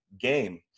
game